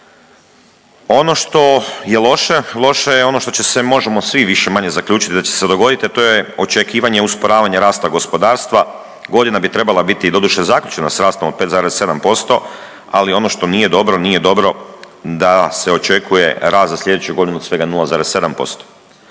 Ono što je loše, loše je ono što će se možemo svi više-manje zaključiti da će se dogoditi, a to je očekivanje usporavanja rasta gospodarstva. Godina bi trebala biti doduše zaključena s rastom od 5,7%, ali ono što nije dobro, nije dobro da se očekuje rast za sljedeću godinu od svega 0,7%.